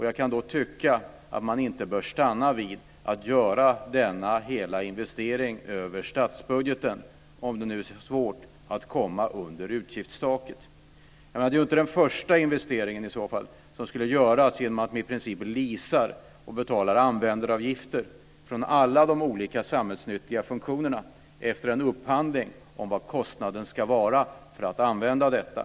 Jag kan då tycka att man inte bör stanna vid att göra hela denna investering över statsbudgeten, om det nu är svårt att komma under utgiftstaket. Det vore ju i så fall inte den första investering som skulle göras genom att man i princip leasar och betalar användaravgifter från alla de olika samhällsnyttiga funktionerna, efter en upphandling om vad kostnaden ska vara för att använda detta.